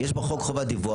יש בחוק חובת דיווח.